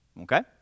Okay